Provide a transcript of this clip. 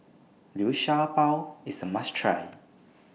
Liu Sha Bao IS A must Try